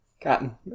Cotton